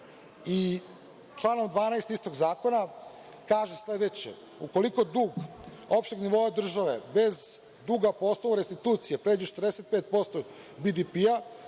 i člana 12. istog zakona, kaže sledeće – ukoliko dug opšteg nivoa države bez duga po osnovu restitucije pređe 45% BDP,